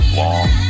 long